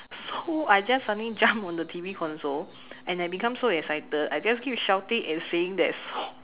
so I just suddenly jump on the T_V console and I become so excited I just keep shouting and singing that song